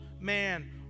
man